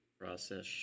Process